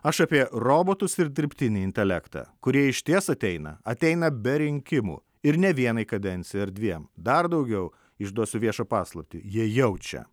aš apie robotus ir dirbtinį intelektą kurie išties ateina ateina be rinkimų ir ne vienai kadencijai ar dviem dar daugiau išduosiu viešą paslaptį jie jaučia